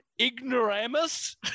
ignoramus